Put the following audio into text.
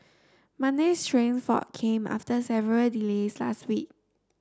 Monday's train fault came after several delays last week